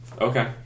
Okay